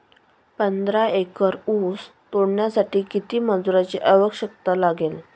पंधरा एकर ऊस तोडण्यासाठी किती मजुरांची आवश्यकता लागेल?